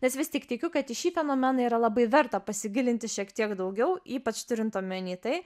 nes vis tik tikiu kad į šį fenomeną yra labai verta pasigilinti šiek tiek daugiau ypač turint omeny tai